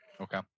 Okay